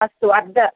अस्तु अर्धम्